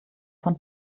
von